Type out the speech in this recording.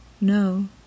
no